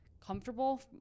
Comfortable